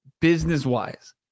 business-wise